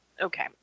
Okay